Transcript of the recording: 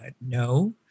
no